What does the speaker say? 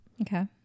Okay